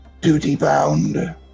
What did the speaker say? duty-bound